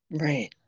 Right